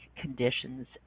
conditions